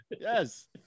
Yes